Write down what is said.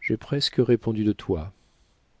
j'ai presque répondu de toi